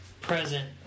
Present